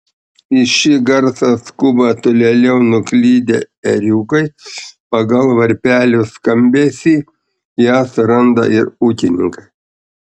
į šį garsą skuba tolėliau nuklydę ėriukai pagal varpelio skambesį jas suranda ir ūkininkai